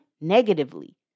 negatively